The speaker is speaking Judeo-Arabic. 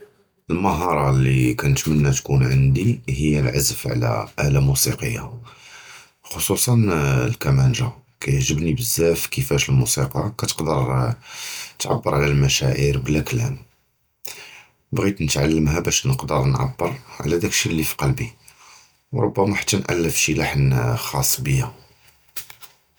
אֶל-מְהַארַה לִיּ כַּנְתַמַנָּא תֻּקוּן עַנְדִי, הִיָּא אֶל-עַזְף עַל אַלָּה מוּסִיקִיָּה, בְּחוּסוּס אֶל-כִּמָּאנְגָּ'ה. כַּיַּעְגְּבּנִי בְּזַבַּא כִיפַאש אֶל-מוּסִיקָה כַּתַּעְבְּר עַל אֶל-מֻשְׁעָרוּת בְּלָא כָּלָם. בְּחַאיט נִתְעַלַּםְּהָ בְּשַׁא נִתְעַבְּר עַל דַּאקְשִי לִיּ פִי-קַלְבִּי, וּרֻבַּמָּא חַתּ נְאַלְף שִׁי לַחְן חַאֻס בִּיָּא.